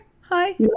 Hi